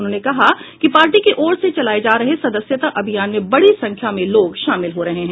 उन्होंने कहा कि पार्टी की ओर से चलाए जा रहे सदस्यता अभियान में बड़ी संख्या में लोग शामिल हो रहे हैं